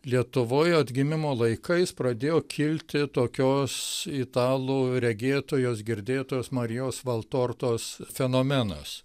lietuvoj atgimimo laikais pradėjo kilti tokios italų regėtojos girdėtos marijos valtortos fenomenas